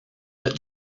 that